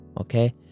okay